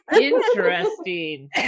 interesting